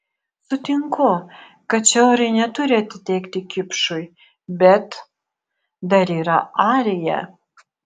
sutinku kad šiaurė neturi atitekti kipšui bet dar yra arija